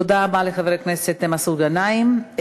תודה רבה לחבר הכנסת מסעוד גנאים.